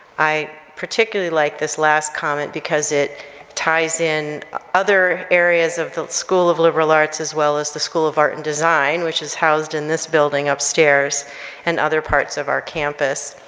i particularly like this last comment because it ties in other areas of the school of liberal arts as well as the school of art and design, which is housed in this building upstairs and other parts of our campus,